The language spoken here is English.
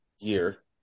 year